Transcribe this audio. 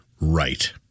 right